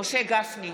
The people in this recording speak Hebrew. משה גפני,